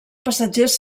passatgers